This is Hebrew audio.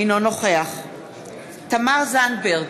אינו נוכח תמר זנדברג,